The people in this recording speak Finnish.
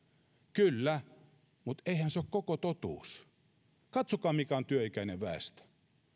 kyllä mutta eihän se ole koko totuus katsokaa mikä on työikäinen väestö